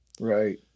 Right